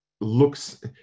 looks